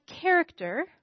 character